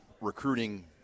recruiting